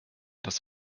das